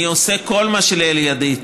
אני עושה כל מה שלאל ידי,